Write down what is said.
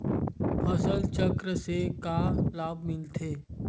फसल चक्र से का लाभ मिलथे?